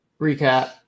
recap